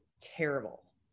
terrible